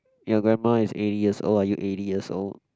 your grandma is eighty years old are you eighty years old